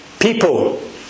people